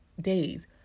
days